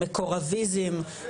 מקורביזם,